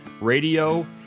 radio